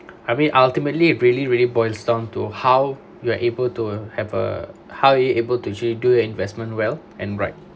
I mean ultimately really really boils down to how we are able to have a how it is able to actually do investment well and right